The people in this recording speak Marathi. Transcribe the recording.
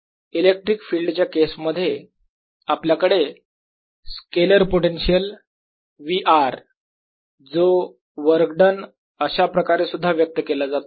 इलेक्ट्रिक फील्ड च्या केस मध्ये आपल्याकडे स्केलर पोटेन्शिअल V r जो वर्क डन अशाप्रकारे सुद्धा व्यक्त केला जातो